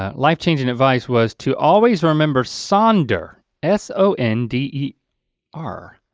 ah life changing advice was to always remember sonder s o n d e r,